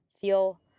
feel